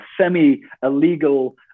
semi-illegal